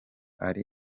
ari